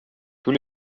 tous